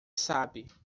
sabe